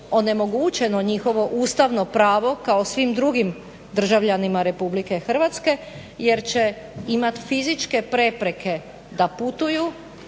onemogućeno njihovo ustavno pravo kao svim drugim državljanima RH, jer će imati fizičke prepreke da putuju